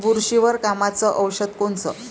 बुरशीवर कामाचं औषध कोनचं?